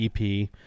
EP